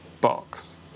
box